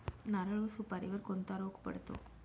नारळ व सुपारीवर कोणता रोग पडतो?